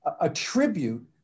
attribute